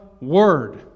Word